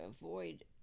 avoid